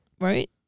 right